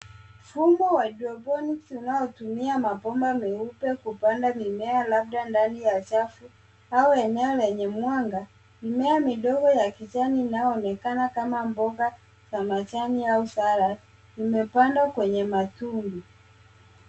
Mfumo wa (cs)hydroponics(cs) unaotumia mabomba meupe kupanda mimea labda ndani ya chafu au eneo lenye mwanga. Mimea midogo ya kijani unaoonekana kama mboga za majani au (cs)salad(cs) imepandwa kwenye matungi.